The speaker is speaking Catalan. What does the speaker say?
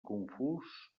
confús